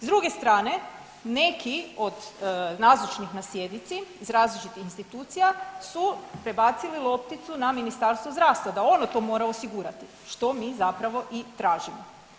S druge strane neki od nazočnih na sjednici iz različitih institucija su prebacili lopticu na Ministarstvo zdravstva da ono to mora osigurati, što mi zapravo i tražimo.